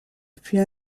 depuis